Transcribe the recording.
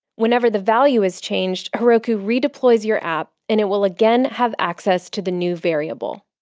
whenever the value is changed, heroku redeploys your app, and it will again have access to the new variable.